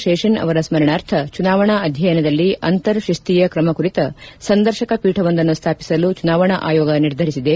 ಶೇಷನ್ ಅವರ ಸ್ಸರಣಾರ್ಥ ಚುನಾವಣಾ ಅಧ್ಯಯನದಲ್ಲಿ ಅಂತರ್ ಶಿಸ್ತಿಯ ಕ್ರಮ ಕುರಿತ ಸಂದರ್ಶಕ ಪೀಠವೊಂದನ್ನು ಸ್ವಾಪಿಸಲು ಚುನಾವಣಾ ಆಯೋಗ ನಿರ್ಧರಿಸಿದೆ